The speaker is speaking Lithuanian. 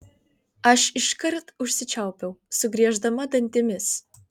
aš iškart užsičiaupiau sugrieždama dantimis